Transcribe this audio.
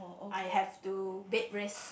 I have to bed raised